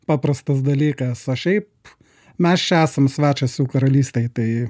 paprastas dalykas o šiaip mes čia esam svečias karalystėj tai